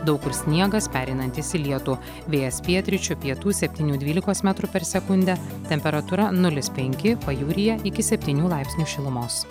daug kur sniegas pereinantis į lietų vėjas pietryčių pietų septynių dvylikos metrų per sekundę temperatūra nulis penki pajūryje iki septynių laipsnių šilumos